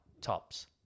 tops